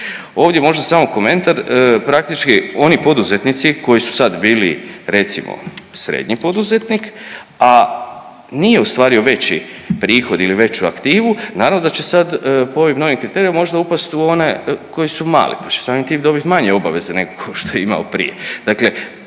Ovdje može samo komentar, praktički oni poduzetnici koji su sad bili recimo srednji poduzetnik, a nije ostvario veći prihod ili veću aktivu, naravno da će sad po ovim novim kriterijima možda upast u one koji su mali, pa će samim tim dobit manje obaveze nego što je imao prije. Dakle